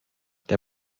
der